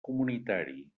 comunitari